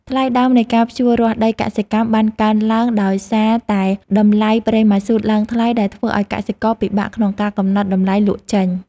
ថ្លៃដើមនៃការភ្ជួររាស់ដីកសិកម្មបានកើនឡើងដោយសារតែតម្លៃប្រេងម៉ាស៊ូតឡើងថ្លៃដែលធ្វើឱ្យកសិករពិបាកក្នុងការកំណត់តម្លៃលក់ចេញ។